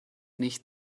nicht